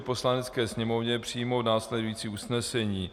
Poslanecké sněmovně přijmout následující usnesení: